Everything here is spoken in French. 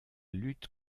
lutte